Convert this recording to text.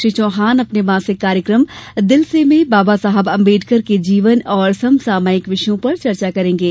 श्री चौहान अपने मासिक कार्यक्रम दिल से में बाबा साहेब अम्बेड़कर के जीवन और समसामयिक विषयों पर चर्चा करेंगे